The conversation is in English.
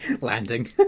Landing